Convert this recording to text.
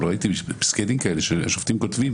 אבל ראיתי פסקי דין כאלה ששופטים כותבים